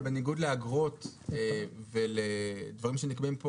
אבל בניגוד לאגרות וקנסות שנקעים פה